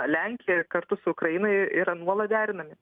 lenkija ir kartu su ukraina yra nuolat derinami